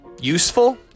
useful